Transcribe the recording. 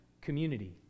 community